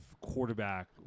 quarterback